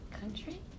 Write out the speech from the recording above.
country